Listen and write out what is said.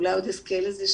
אולי עוד נזכה לזה,